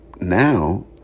Now